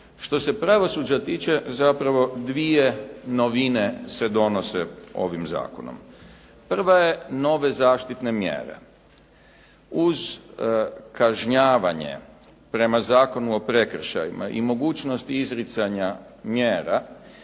Što se pravosuđa tiče, zapravo dvije novine se donose ovim zakonom. Prva je nove zaštitne mjere. Uz kažnjavanje prema Zakonu o prekršajima i mogućnost izricanja mjera,